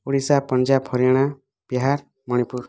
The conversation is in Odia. ଓଡ଼ିଶା ପଞ୍ଜାବ ହରିୟାଣା ବିହାର ମଣିପୁର